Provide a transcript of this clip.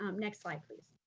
um next slide, please.